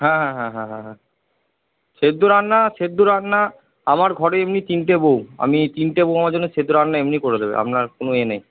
হ্যাঁ হ্যাঁ হ্যাঁ হ্যাঁ হ্যাঁ হ্যাঁ সেদ্ধ রান্না সেদ্ধ রান্না আমার ঘরে এমনি তিনটে বউ আমি এই তিনটে বউ আমার জন্য সেদ্ধ রান্না এমনিই করে দেবে আপনার কোনো ইয়ে নেই